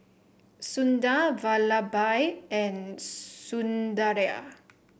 Sundar Vallabhbhai and Sundaraiah